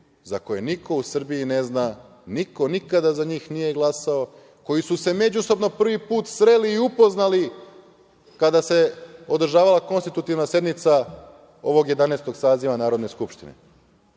za koje niko u Srbiji ne zna, niko nikada za njih nije glasao, koji su se međusobno prvi put sreli i upoznali kada se održavala konstitutivna sednica ovog Jedanaestog saziva Narodne skupštine.